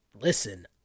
listen